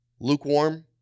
lukewarm